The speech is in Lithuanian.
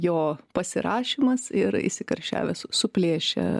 jo pasirašymas ir įsikarščiavęs suplėšė